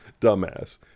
dumbass